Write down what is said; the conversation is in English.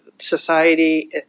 society